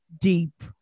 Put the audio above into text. deep